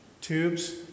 tubes